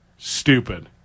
Stupid